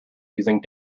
using